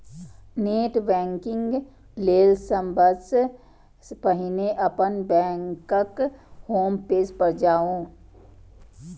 net banking लेल सबसं पहिने अपन बैंकक होम पेज पर जाउ